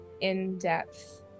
in-depth